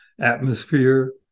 atmosphere